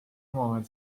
omavahel